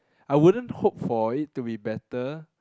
I wouldn't hope for it to be better